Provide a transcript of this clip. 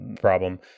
problem